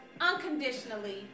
unconditionally